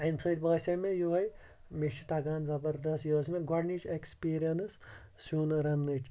اَمہِ سۭتۍ باسیو مےٚ یہوے مےٚ چھُ تَگان زَبَردَس یہِ ٲس مےٚ گۄڈنِچ ایکسپیٖریَنٕس سِیُن رَننٕچ